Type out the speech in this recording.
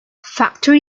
factory